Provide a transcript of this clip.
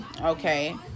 okay